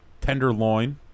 Tenderloin